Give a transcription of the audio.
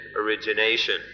origination